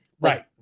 Right